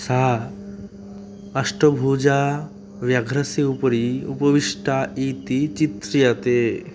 सा अष्टभुजा व्याघ्रस्य उपरि उपविष्टा इति चित्र्यते